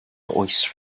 oes